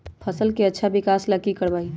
फसल के अच्छा विकास ला की करवाई?